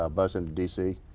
ah bus into d c.